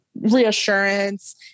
reassurance